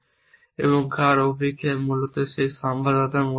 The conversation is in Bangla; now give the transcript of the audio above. এবং কার অভিক্ষেপ মূলত সেই সংবাদদাতার মধ্যে রয়েছে